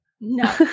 No